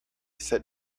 sit